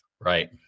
right